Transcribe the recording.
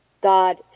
God